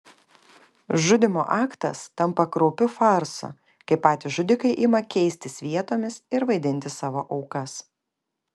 žudymo aktas tampa kraupiu farsu kai patys žudikai ima keistis vietomis ir vaidinti savo aukas